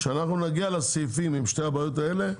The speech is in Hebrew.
כשאנחנו נגיע לסעיפים עם שתי הבעיות האלה,